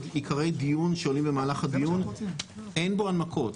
עיקרי דיון שעולים במהלך הדיון אין בו הנמקות.